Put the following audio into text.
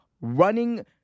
running